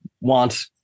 want